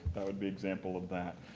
that would be example of that.